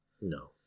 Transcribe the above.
No